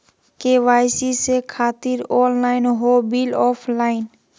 KYC से खातिर online हो बिल ऑफलाइन?